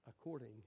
according